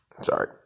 sorry